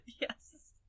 Yes